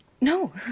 No